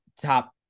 top